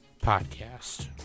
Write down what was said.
podcast